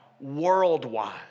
worldwide